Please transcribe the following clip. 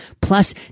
Plus